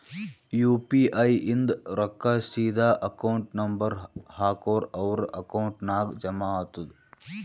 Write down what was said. you P I ಇಂದ್ ರೊಕ್ಕಾ ಸೀದಾ ಅಕೌಂಟ್ ನಂಬರ್ ಹಾಕೂರ್ ಅವ್ರ ಅಕೌಂಟ್ ನಾಗ್ ಜಮಾ ಆತುದ್